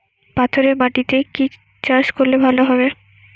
পাথরে মাটিতে কি চাষ করলে ভালো হবে?